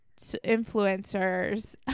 influencers